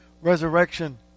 resurrection